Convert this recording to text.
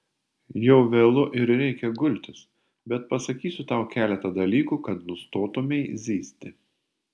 jau vėlu ir reikia gultis bet pasakysiu tau keletą dalykų kad nustotumei zyzti